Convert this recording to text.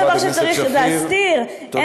חברת הכנסת שפיר, נא לסיים.